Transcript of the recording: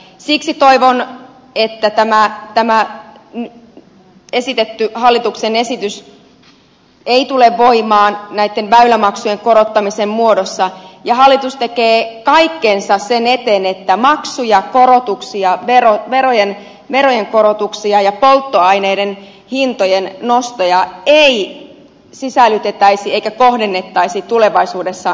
siksi toivon että tämä esitetty hallituksen esitys ei tule voimaan näitten väylämaksujen korottamisen muodossa ja hallitus tekee kaikkensa sen eteen että maksuja korotuksia verojen korotuksia ja polttoaineiden hintojen nostoja ei sisällytettäisi eikä kohdennettaisi tulevaisuudessa merenkulkuun